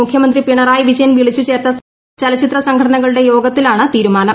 മുഖ്യമന്ത്രി പിണറായി വിജയൻ വിളിച്ചു ചേർത്ത ചലച്ചിത്ര സംഘടനകളുടെ യോഗത്തിലാണ് തീരുമാനം